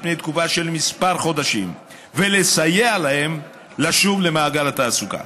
פני תקופה של כמה חודשים ולסייע להם לשוב למעגל התעסוקה.